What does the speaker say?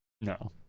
No